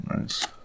Nice